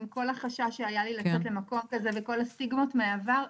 עם כל החשש שהיה לי לצאת למקום כזה ועם כל הסטיגמות מהעבר,